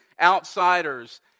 outsiders